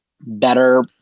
better